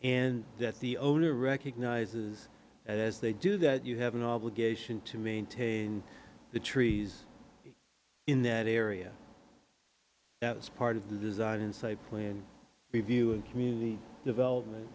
and that the owner recognizes as they do that you have an obligation to maintain the trees in that area that was part of the design inside plan review and community development